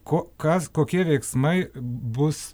ko kas kokie veiksmai bus